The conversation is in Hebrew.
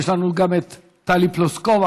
יש לנו גם את טלי פלוסקוב,